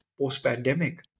post-pandemic